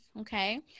okay